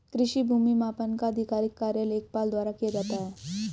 कृषि भूमि मापन का आधिकारिक कार्य लेखपाल द्वारा किया जाता है